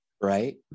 right